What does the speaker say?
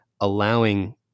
allowing